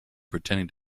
pretending